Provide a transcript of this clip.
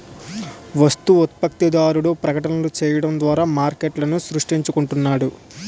వస్తు ఉత్పత్తిదారుడు ప్రకటనలు చేయడం ద్వారా మార్కెట్ను సృష్టించుకుంటున్నాడు